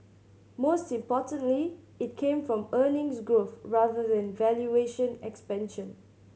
most importantly it came from earnings growth rather than valuation expansion